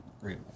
great